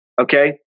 Okay